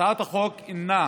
הצעת החוק אינה